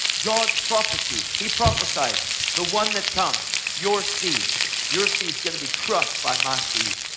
god's prophecy. he prophesied the one that comes. your seed your seed's going to be crushed by my seed.